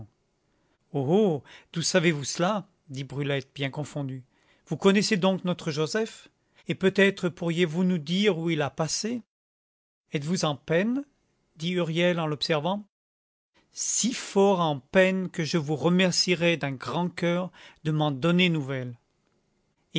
d'où savez-vous cela dit brulette bien confondue vous connaissez donc notre joseph et peut-être pourriez-vous nous dire où il a passé en êtes-vous en peine dit huriel en l'observant si fort en peine que je vous remercierais d'un grand coeur de m'en donner nouvelles eh